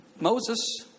Moses